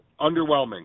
underwhelming